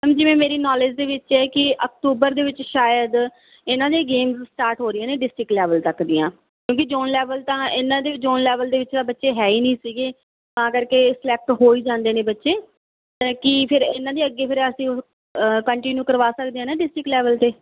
ma'am ਜਿਵੇਂ ਮੇਰੀ knowledge ਦੇ ਵਿੱਚ ਹੈ ਕਿ ਅਕਤੂਬਰ ਦੇ ਵਿੱਚ ਸ਼ਾਇਦ ਇਹਨਾਂ ਦੀਆਂ ਗੇਮਸ ਸਟਾਰਟ ਹੋ ਰਹੀਆਂ ਨੇ ਡਿਸਟ੍ਰਿਕਟ ਲੈਵਲ ਤੱਕ ਦੀਆਂ ਕਿਉਂਕਿ ਜੋਨ ਲੈਵਲ ਤਾਂ ਇਹਨਾਂ ਦੇ ਜੋਨ ਲੈਵਲ ਦੇ ਵਿੱਚ ਤਾਂ ਬੱਚੇ ਹੈ ਹੀ ਨਹੀਂ ਸੀਗੇ ਤਾਂ ਕਰਕੇ ਇਹ ਸਿਲੈਕਟ ਹੋ ਹੀ ਜਾਂਦੇ ਨੇ ਬੱਚੇ ਤਾਂ ਕੀ ਫਿਰ ਇਹਨਾਂ ਦੀ ਅੱਗੇ ਫਿਰ ਅਸੀਂ ਉਹ ਕੰਟੀਨਿਊ ਕਰਵਾ ਸਕਦੇ ਹਾਂ ਨਾ ਡਿਸਟਰਿਕਟ ਲੈਵਲ 'ਤੇ